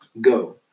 go